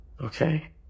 Okay